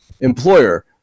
employer